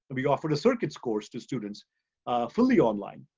we offered a circuits course to students fully online.